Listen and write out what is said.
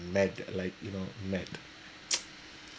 mad like you know mad